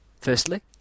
Firstly